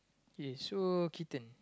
K so kitten